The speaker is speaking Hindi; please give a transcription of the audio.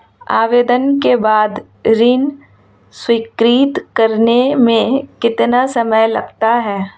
आवेदन के बाद ऋण स्वीकृत करने में कितना समय लगता है?